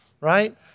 right